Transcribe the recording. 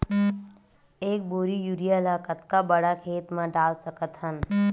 एक बोरी यूरिया ल कतका बड़ा खेत म डाल सकत हन?